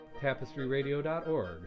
Tapestryradio.org